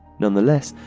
nonetheless,